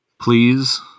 please